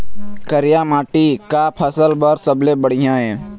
करिया माटी का फसल बर सबले बढ़िया ये?